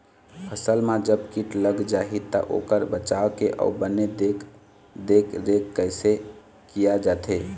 फसल मा जब कीट लग जाही ता ओकर बचाव के अउ बने देख देख रेख कैसे किया जाथे?